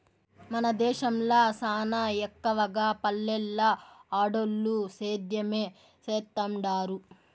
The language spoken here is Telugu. మన దేశంల సానా ఎక్కవగా పల్లెల్ల ఆడోల్లు సేద్యమే సేత్తండారు